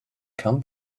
come